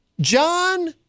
John